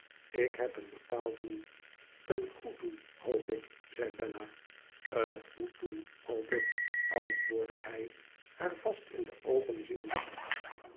ik heb een bepaald doel en goed doel hoop ik zei bella en goed doel hoop ik antwoordde hij haar vast in de oogen ziende